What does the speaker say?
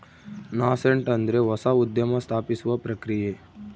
nascent ಅಂದ್ರೆ ಹೊಸ ಉದ್ಯಮ ಸ್ಥಾಪಿಸುವ ಪ್ರಕ್ರಿಯೆ